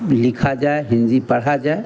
लिखा जाए हिन्दी पढ़ा जाए